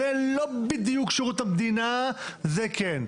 זה לא בדיוק שירות המדינה וזה כן.